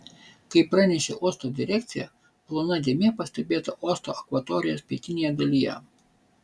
kaip pranešė uosto direkcija plona dėmė pastebėta uosto akvatorijos pietinėje dalyje